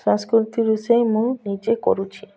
ସଂସ୍କୃତି ରୋଷେଇ ମୁଁ ନିଜେ କରୁଛି